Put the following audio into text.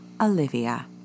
Olivia